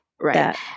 Right